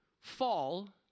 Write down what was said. fall